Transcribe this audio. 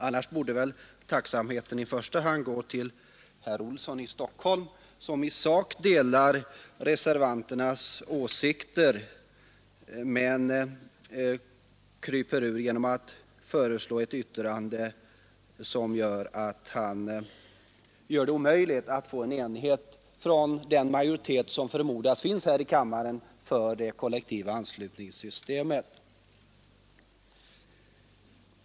Tacksamheten borde väl annars i första hand gå till herr Olsson i Stockholm, som i sak delar reservanternas åsikter men kryper ur genom att föreslå ett yttrande, som omöjliggör uppnåendet av en enhet för den majoritet som förmodas finnas här i kammaren mot det kollektiva anslutningssystemet.